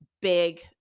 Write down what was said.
big